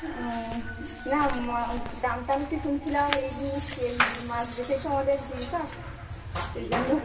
ও না ম দাম টাম একটু শুনছিলাম এই যে এই মাছ বেচেই তো আমাদের জীবিকা সেই জন্য